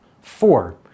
Four